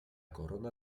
corona